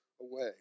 away